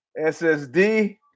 SSD